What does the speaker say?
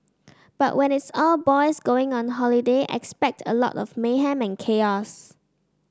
but when it's all boys going on holiday expect a lot of mayhem and